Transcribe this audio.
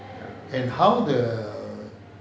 and how the